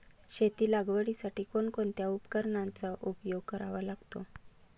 शेती लागवडीसाठी कोणकोणत्या उपकरणांचा उपयोग करावा लागतो?